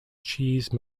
cheese